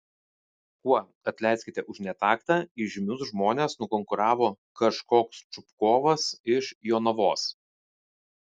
kuo atleiskite už netaktą įžymius žmones nukonkuravo kažkoks čupkovas iš jonavos